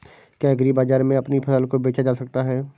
क्या एग्रीबाजार में अपनी फसल को बेचा जा सकता है?